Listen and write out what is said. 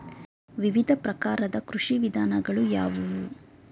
ವಿವಿಧ ಪ್ರಕಾರದ ಕೃಷಿ ವಿಧಾನಗಳು ಯಾವುವು?